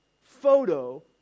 photo